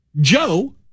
Joe